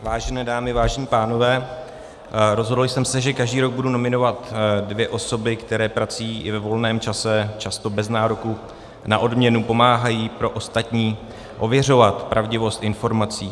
Vážené dámy, vážení pánové, rozhodl jsem se, že každý rok budu nominovat dvě osoby, které prací i ve volném čase, často bez nároku na odměnu, pomáhají pro ostatní ověřovat pravdivost informací.